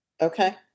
Okay